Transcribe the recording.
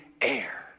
air